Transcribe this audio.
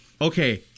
okay